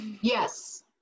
Yes